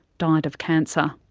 died of cancer.